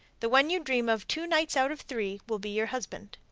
the one you dream of two nights out of three will be your husband.